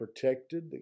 protected